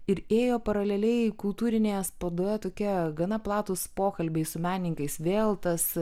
ir ėjo paraleliai kultūrinėje spaudoje tokie gana platūs pokalbiai su menininkais vėl tas